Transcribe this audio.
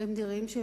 הם נראים עצובים.